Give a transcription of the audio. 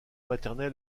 maternelle